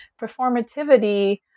performativity